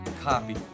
copy